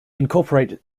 incorporate